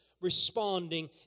responding